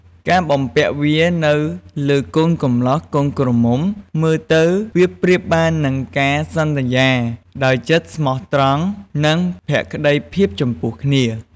ការបំពាក់វានៅលើកូនកម្លោះកូនក្រមុំ មើលទៅវាប្រៀបបាននឹងការសន្យានៃចិត្តស្មោះត្រង់ និងភក្តីភាពចំពោះគ្នា។